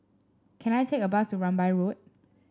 can I take a bus to Rambai Road